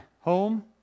home